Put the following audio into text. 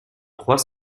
trois